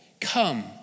Come